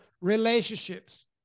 relationships